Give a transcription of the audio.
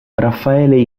raffaele